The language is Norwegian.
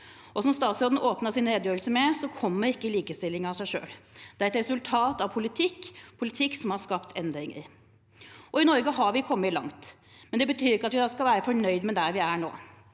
som statsråden åpnet sin redegjørelse med, kommer ikke likestilling av seg selv. Det er et resultat av politikk – politikk som har skapt endringer. I Norge har vi kommet langt, men det betyr ikke at vi skal være fornøyd med der vi er nå.